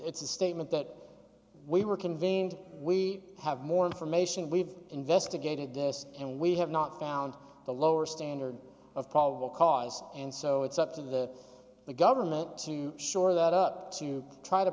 it's a statement that we were convened we have more information we've investigated this and we have not found the lower standard of probable cause and so it's up to the government to shore that up to try to